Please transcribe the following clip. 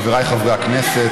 חבריי חברי הכנסת,